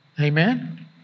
Amen